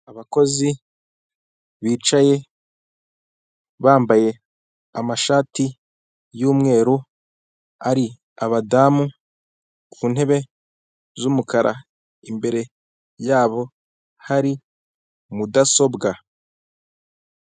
Abakozi bicaye bambaye amashati y'umweru ari abadamu ku ntebe z'umukara imbere yabo hari mudasobwa.